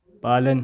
पालन